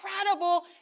incredible